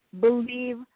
believe